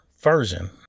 version